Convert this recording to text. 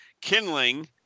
kindling